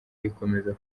rikomeza